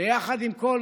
ביחד עם כל